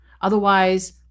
Otherwise